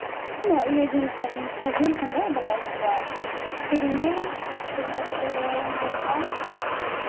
ᱩᱱᱟᱹᱜ ᱤᱭᱟᱹ ᱡᱷᱟᱹᱞ ᱠᱚᱨᱮᱱ ᱥᱮ ᱡᱷᱟᱹᱞ ᱠᱷᱚᱱ ᱫᱚ ᱵᱟᱞᱮ ᱟᱹᱜᱩ ᱠᱚᱣᱟ ᱠᱤᱨᱤᱧ ᱜᱮ ᱠᱤᱨᱤᱧ ᱠᱟᱛᱮ ᱜᱮᱞᱮ ᱡᱚᱢ ᱠᱚᱣᱟ